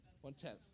One-tenth